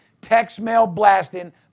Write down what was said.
text-mail-blasting